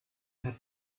had